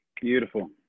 Beautiful